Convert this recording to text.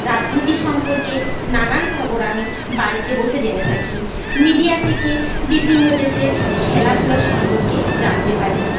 রাজনীতি সম্পর্কে নানান খবর আমি বাড়িতে বসে জেনে থাকি মিডিয়া থেকে বিভিন্ন দেশের খেলাধুলো সম্পর্কে জানতে পারি